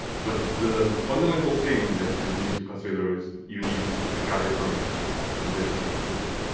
but the fundamental thing that you need to consider is you need a guy from from business it's